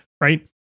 right